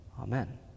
amen